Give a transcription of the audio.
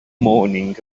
morning